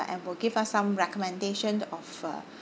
and will give us some recommendation of uh